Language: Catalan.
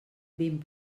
vint